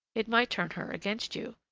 it might turn her against you.